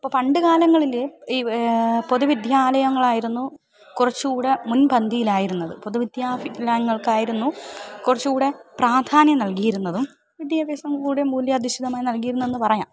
ഇപ്പം പണ്ട് കാലങ്ങളിൽ ഈ പൊതുവിദ്യാലയങ്ങളായിരുന്നു കുറച്ചു കൂടെ മുൻപന്തിിയിലായിരുന്നത് പൊതുവിദ്യാലങ്ങൾക്കായിരുന്നു കുറച്ചു കൂടെ പ്രാധാന്യം നൽകിയിരുന്നതും വിദ്യാഭ്യാസം കൂടെ മൂല്യ അധിഷ്ഠിതമായി നൽകയിരുന്നതെന്ന് പറയാം